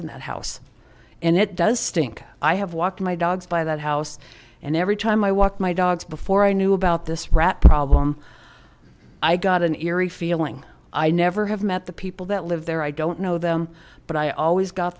in that house and it does stink i have walked my dogs by that house and every time i walk my dogs before i knew about this rat problem i got an eerie feeling i never have met the people that live there i don't know them but i always got